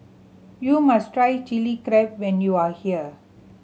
you must try Chilli Crab when you are here